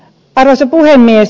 arvoisa puhemies